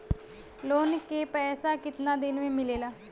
Loan के पैसा कितना दिन मे मिलेला?